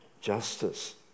justice